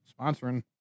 sponsoring